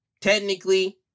technically